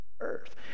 Earth